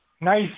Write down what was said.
nice